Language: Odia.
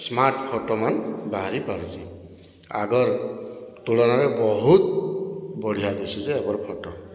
ସ୍ମାର୍ଟ୍ ଫଟୋ ମାନ୍ ବାହାରି ପାରୁଛି ଆଗର୍ ତୁଳନାରେ ବହୁତ୍ ବଢ଼ିଆ ଦିଶୁଛି ଏବର୍ ଫଟୋ